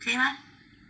可以 mah